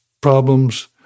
problems